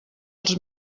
als